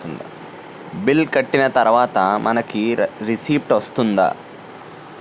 Bill కట్టిన తర్వాత మనకి రిసీప్ట్ వస్తుందా?